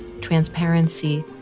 transparency